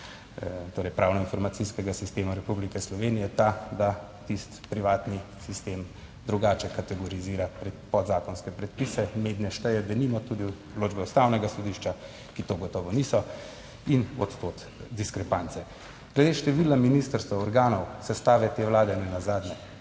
torej pravnoinformacijskega sistema Republike Slovenije, ta, da tisti privatni sistem drugače kategorizira podzakonske predpise. Mednje šteje denimo tudi odločbe Ustavnega sodišča, ki to gotovo niso. In od tod diskrepance glede števila ministrstev, organov, sestave te vlade. Ne nazadnje